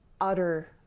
utter